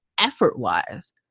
effort-wise